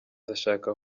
ndashaka